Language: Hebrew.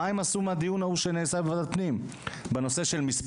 הנושא הזה של כיתות ה' הוא דבר מסורתי לאורך עשרות שנים שהוא פועל.